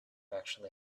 actually